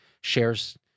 shares